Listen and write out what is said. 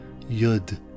Yud